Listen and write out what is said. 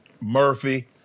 Murphy